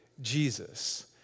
Jesus